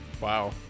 Wow